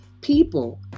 people